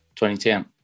2010